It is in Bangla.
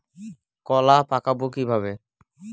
কলা পাকাবো কিভাবে?